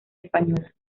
española